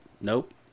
nope